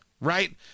right